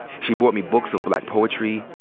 she bought me books of black poetry,